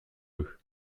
eux